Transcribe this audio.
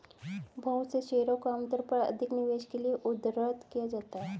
बहुत से शेयरों को आमतौर पर अधिक निवेश के लिये उद्धृत किया जाता है